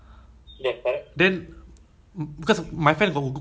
then the google know that it's him then say his name